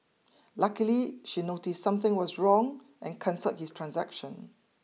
luckily she noticed something was wrong and cancelled his transaction